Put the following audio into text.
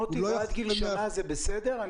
עד גיל שנה זה בסדר?